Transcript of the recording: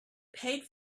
paid